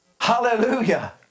Hallelujah